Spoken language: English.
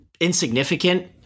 insignificant